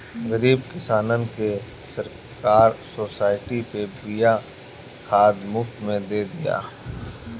गरीब किसानन के सरकार सोसाइटी पे बिया खाद मुफ्त में दे तिया